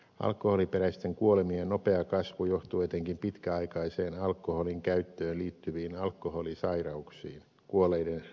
alkoholiperäisten kuolemien nopea kasvu johtuu etenkin pitkäaikaiseen alkoholin käyttöön liittyviin alkoholisairauksiin kuolleiden lisääntyneestä määrästä